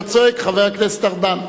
אתה צודק, חבר הכנסת ארדן,